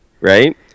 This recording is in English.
right